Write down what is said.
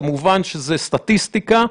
כמובן שזו סטטיסטיקה.